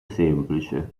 semplice